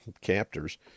captors